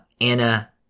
Anna